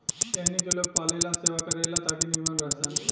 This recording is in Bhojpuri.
एहनी के लोग पालेला सेवा करे ला ताकि नीमन रह सन